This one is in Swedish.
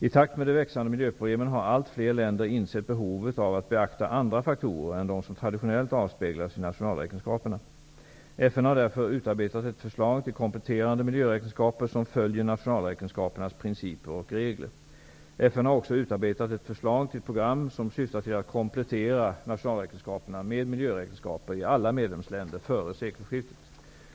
I takt med de växande miljöproblemen har allt fler länder insett behovet av att beakta andra faktorer än de som traditionellt avspeglas i nationalräkenskaperna. FN har därför utarbetat ett förslag till kompletterande miljöräkenskaper som följer nationalräkenskapernas principer och regler. FN har också utarbetat ett förslag till program som syftar till att komplettera nationalräkenskaperna med miljöräkenskaper i alla medlemsländer före sekelskiftet.